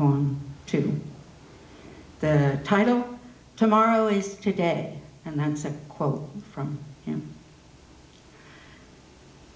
on to the title tomorrow is today and that's a quote from him